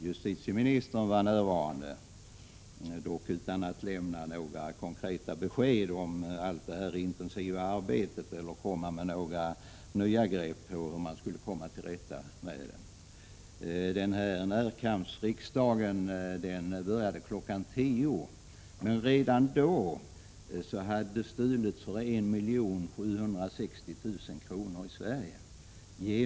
Justitieministern var närvarande, dock utan att kunna lämna klara besked om allt det intensiva arbete som pågår och utan att komma med några nya grepp för hur man skulle kunna komma till rätta med problemet. Närkampsriksdagen började kl. 10.00. Redan då hade det snattats i butiker för över 1 760 000 kr. i Sverige.